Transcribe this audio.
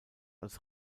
als